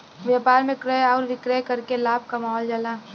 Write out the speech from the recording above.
व्यापार में क्रय आउर विक्रय करके लाभ कमावल जाला